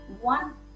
One